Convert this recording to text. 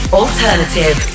alternative